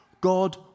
God